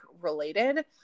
related